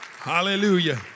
Hallelujah